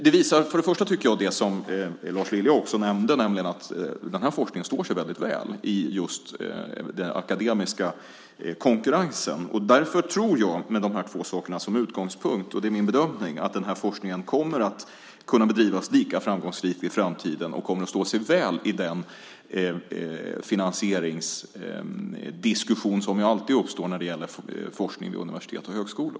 Det visar först och främst på det som Lars Lilja nämnde, nämligen att den här forskningen står sig väl i den akademiska konkurrensen. Med dessa saker som utgångspunkt är det min bedömning att den här forskningen kommer att kunna bedrivas lika framgångsrikt i framtiden och kommer att stå sig väl i den finansieringsdiskussion som ju alltid uppstår när det gäller forskning vid universitet och högskolor.